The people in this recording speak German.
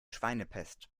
schweinepest